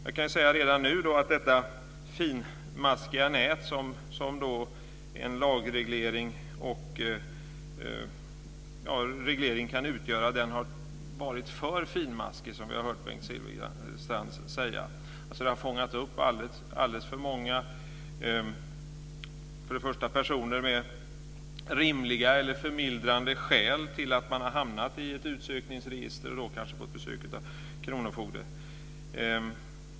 Jag kan redan nu säga att det finmaskiga nät som en lagreglering kan utgöra har varit för finmaskigt, som vi hört Bengt Silfverstrand tala om. För det första har det fångat upp alldeles för många personer med rimliga eller förmildrande skäl till att ha hamnat i ett utsökningsregister och kanske fått besök av kronofogden.